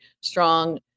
strong